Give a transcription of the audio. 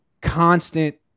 constant